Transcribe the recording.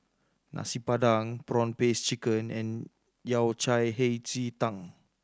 Nasi Padang prawn paste chicken and Yao Cai Hei Ji Tang